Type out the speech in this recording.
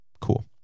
Cool